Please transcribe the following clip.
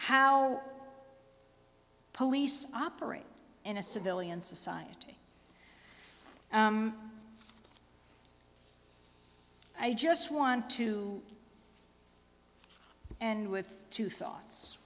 how police operate in a civilian society i just want to and with two thoughts